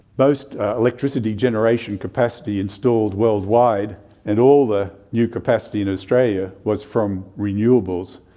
most electricity generation capacity installed worldwide and all the new capacity in australia was from renewables.